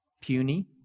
puny